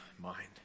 mind